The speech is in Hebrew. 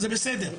זה בסדר,